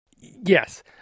Yes